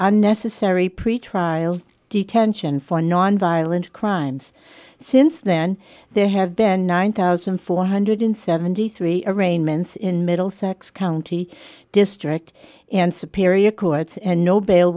unnecessary pretrial detention for nonviolent crimes since then there have been one thousand four hundred and seventy three dollars arraignments in middlesex county district and superior courts and no